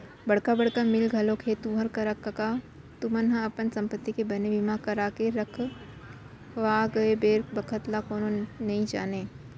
बड़का बड़का मील घलोक हे तुँहर करा कका तुमन ह अपन संपत्ति के बने बीमा करा के रखव गा बेर बखत ल कोनो नइ जानय